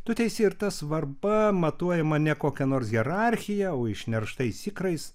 tu teisi ir ta svarba matuojama ne kokia nors hierarchija o išnerštais ikrais